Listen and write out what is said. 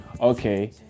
okay